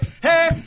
hey